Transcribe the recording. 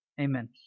Amen